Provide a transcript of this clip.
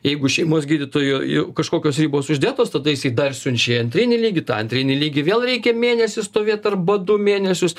jeigu šeimos gydytojui kažkokios ribos uždėtos tada jisai dar siunčia į antrinį lygį į tą antrinį lygį vėl reikia mėnesį stovėt arba du mėnesius